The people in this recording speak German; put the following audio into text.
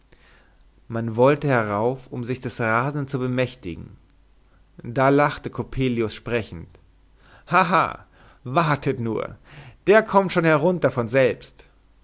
man wollte herauf um sich des rasenden zu bemächtigen da lachte coppelius sprechend ha ha wartet nur der kommt schon herunter von selbst